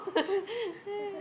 then I was like